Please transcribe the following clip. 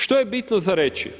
Što je bitno za reći?